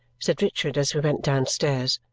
said richard as we went downstairs.